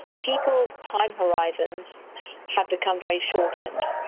people's time horizons have become very shortened.